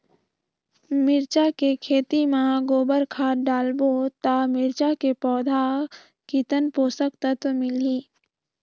मिरचा के खेती मां गोबर खाद डालबो ता मिरचा के पौधा कितन पोषक तत्व मिलही?